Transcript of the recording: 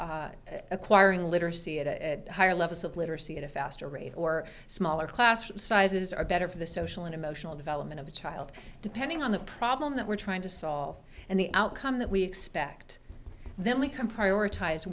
to acquiring literacy at a higher level of literacy at a faster rate or smaller class sizes are better for the social and emotional development of a child depending on the problem that we're trying to solve and the outcome that we expect then we can prioritize